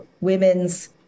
women's